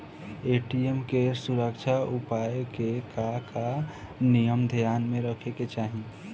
ATM के सुरक्षा उपाय के का का नियम ध्यान में रखे के चाहीं?